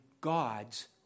God's